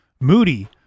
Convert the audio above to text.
Moody